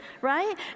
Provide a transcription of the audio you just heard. right